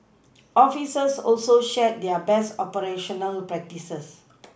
officers also shared their best operational practices